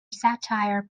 satire